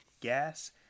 gas